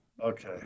okay